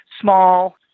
small